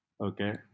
Okay